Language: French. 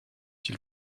s’il